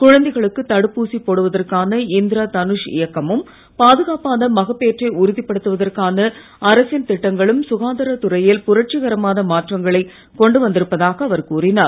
குழந்தைகளுக்கு தடுப்பு ஊசி போடுவற்கான இந்திர தனுஷ் இயக்கமும் பாதுகாப்பான மகப்பேற்றை உறுதிப்படுத்துவதற்கான அரசின் திட்டங்களும் சுகாதாரத் துறையில் புரட்சிகரமான மாற்றங்களைக் கொண்டு வந்திருப்பதாக அவர் கூறினார்